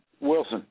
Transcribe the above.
Wilson